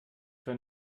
wenn